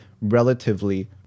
relatively